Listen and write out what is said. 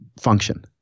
function